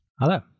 Hello